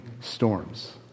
storms